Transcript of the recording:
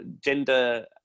gender